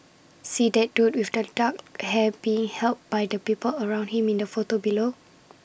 see that dude with the dark hair being helped by the people around him in the photo below